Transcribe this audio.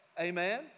amen